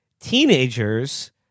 teenagers